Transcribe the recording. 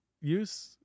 use